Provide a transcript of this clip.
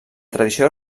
tradició